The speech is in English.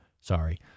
Sorry